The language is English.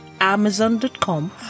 amazon.com